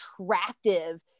attractive